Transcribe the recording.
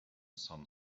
sun